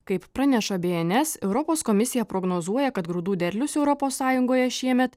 kaip praneša bns europos komisija prognozuoja kad grūdų derlius europos sąjungoje šiemet